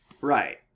Right